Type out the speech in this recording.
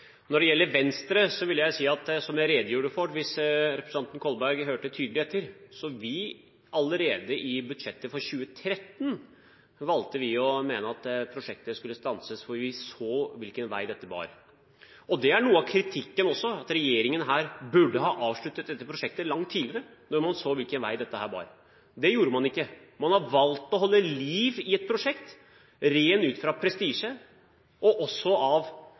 Når det gjelder Venstre, vil jeg si – som jeg redegjorde for, hvis representanten Kolberg hørte tydelig etter – at vi allerede i budsjettet for 2013 valgte å mene at prosjektet skulle stanses, for vi så hvilken vei det bar. Det er noe av kritikken også, at regjeringen burde ha avsluttet dette prosjektet langt tidligere – når man så hvilken vei det bar. Det gjorde man ikke. Man har valgt å holde liv i et prosjekt ut fra prestisje og av